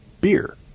beer